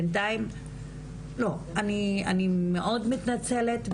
בינתיים אני מאוד מתנצלת,